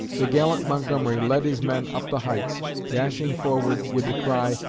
the gallant montgomery led his men up the heights, dashing forward with the cry,